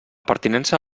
pertinença